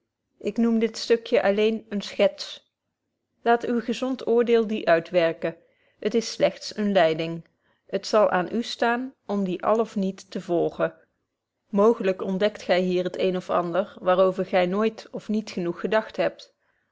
ik noem dit stukje alleen eene schets laat uw gezond oordeel die uitwerken het is slegts eene leiding t zal aan u staan om die al of niet te volgen mooglyk ontdekt gy hier het een of ander waar over gy nooit of niet genoeg gedacht hebt